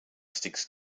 sticks